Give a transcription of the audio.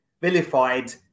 vilified